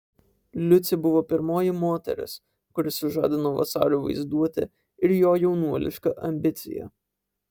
liucė buvo pirmoji moteris kuri sužadino vasario vaizduotę ir jo jaunuolišką ambiciją